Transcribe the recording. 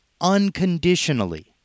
unconditionally